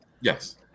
yes